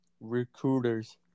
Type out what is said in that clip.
recruiters